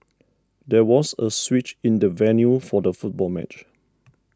there was a switch in the venue for the football match